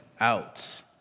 out